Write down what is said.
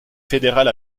fédéral